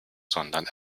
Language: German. sondern